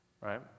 right